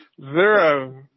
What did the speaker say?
Zero